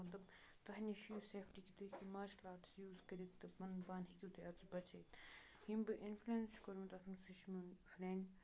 مطلب تۄہہِ نِش چھُ یہِ سٮ۪فٹی کہِ تُہۍ ہیٚکِو مارشَل آٹٕس یوٗز کٔرِتھ تہٕ پَنُن پان ہیٚکِو تُہۍ اَژٕ بَچٲیِتھ ییٚمۍ بہٕ اِنفلٮ۪نس چھِ کوٚرمُت اتھ منٛز سُہ چھُ میون فرٮ۪نٛڈ